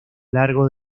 largo